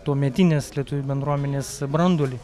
tuometinės lietuvių bendruomenės branduolį